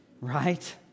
Right